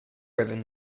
ribbon